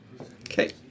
Okay